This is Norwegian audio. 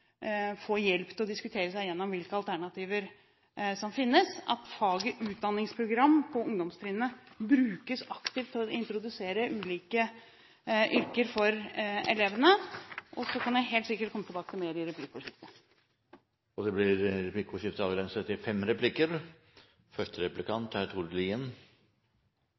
få hjelp til å diskutere seg igjennom hvilke alternativer som finnes, og at faget utdanningsprogram på ungdomstrinnet brukes aktivt til å introdusere ulike yrker for elevene. Så kan jeg helt sikkert komme tilbake til mer i replikkordskiftet. Det blir replikkordskifte. Til tross for at statsråden redegjør for at det er